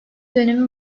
dönemi